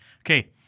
Okay